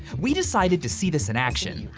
we decided to see this in action.